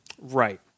Right